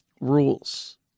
rules